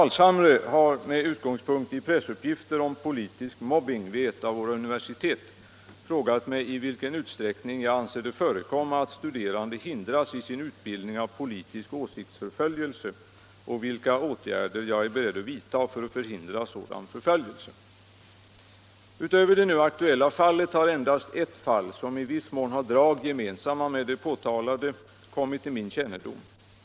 Herr Carlshamre har, med utgångspunkt i pressuppgifter — åsiktsförföljelse av om politisk mobbing vid ett av våra universitet, frågat mig i vilken ut = universitetsstudesträckning jag anser det förekomma att studerande hindras i sin utbild — rande ning av politisk åsiktsförföljelse och vilka åtgärder jag är beredd att vidta för att förhindra sådan förföljelse. Utöver det nu aktuella fallet har endast ett fall, som i viss mån har drag gemensamma med det påtalade, kommit till min kännedom.